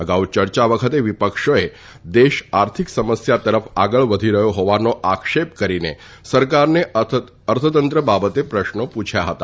અગાઉ ચર્ચા વખતે વિપક્ષોએ દેશ આર્થિક સમસ્યા તરફ આગળ વધી રહયો હોવાનો આક્ષેપ કરીને સરકારને અર્થતંત્ર બાબતે પ્રશ્નો પુંછયા હતા